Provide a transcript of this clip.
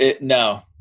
No